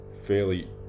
fairly